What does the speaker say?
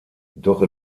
doch